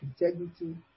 integrity